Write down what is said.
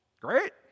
Great